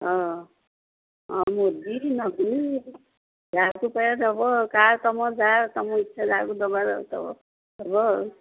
ହଁ ମୋଦି ନବୀନି ଯାହାକୁ ପାରିବ ଦେବ କା ତମ ଯା ତମ ଇଚ୍ଛା ଯାହାକୁ ଦେବାର ଦେବ ଆଉ